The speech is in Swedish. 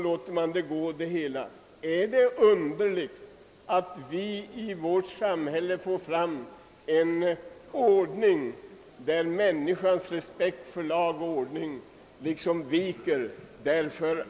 När vi har kommit in på sådana vägar i vårt samhälle, är det då så underligt att människornas respekt för lag och ordning undergräves?